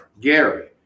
Gary